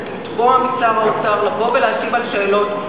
לתבוע משר האוצר לבוא ולהשיב על שאלות.